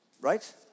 Right